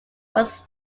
was